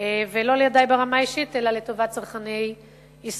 ולא לידי ברמה האישית אלא לטובת צרכני ישראל.